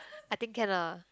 I think can lah